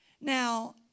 Now